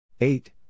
eight